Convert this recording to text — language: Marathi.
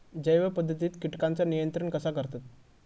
जैव पध्दतीत किटकांचा नियंत्रण कसा करतत?